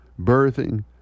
birthing